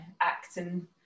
acting